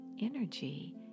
energy